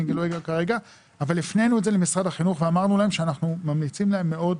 אבל הפנינו את זה למשרד החינוך ואמרנו להם שאנחנו ממליצים להם מאוד,